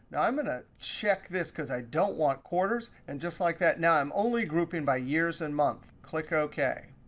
i'm going to check this, because i don't want quarters. and just like that, now i'm only grouping by years and month. click ok.